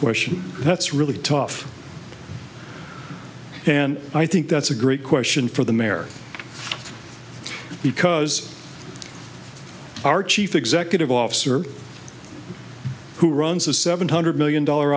question that's really tough and i think that's a great question for the mayor because our chief executive officer who runs a seven hundred million dollar